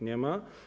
Nie ma.